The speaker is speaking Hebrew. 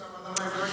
מירב,